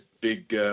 big